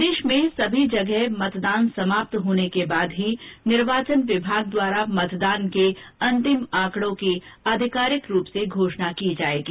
प्रदेश में सभी जगह मतदान समाप्त होने के बाद ही निर्वाचन विभाग द्वारा मतदान के अंतिम आंकडो की आधिकारिक रूप से घोषणा की जायेगी